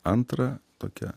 antra tokia